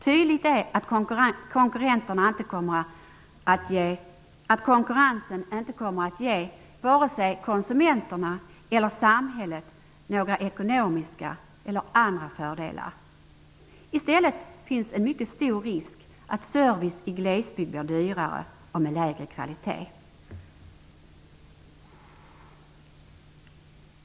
Tydligt är att konkurrensen inte kommer att ge vare sig konsumenterna eller samhället några ekonomiska eller andra fördelar. I stället finns en mycket stor risk att service i glesbygd blir dyrare och av lägre kvalitet.